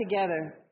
together